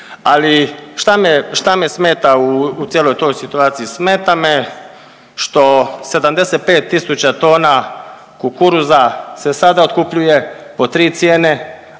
me, šta me smeta u cijeloj toj situaciji? Smeta me što 75 tisuća tona kukuruza se sada otkupljuje po 3 cijene,